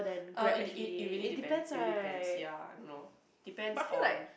uh it it it really depends it really depends ya I don't know depends on